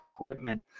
equipment